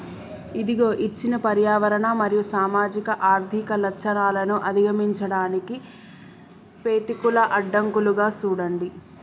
ఇదిగో ఇచ్చిన పర్యావరణ మరియు సామాజిక ఆర్థిక లచ్చణాలను అధిగమించడానికి పెతికూల అడ్డంకులుగా సూడండి